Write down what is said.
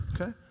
okay